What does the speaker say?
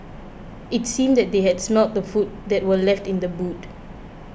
it seemed that they had smelt the food that were left in the boot